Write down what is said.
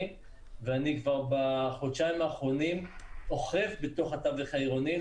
ואני כבר בחודשים האחרונים אוכף בתוך התווך העירוני,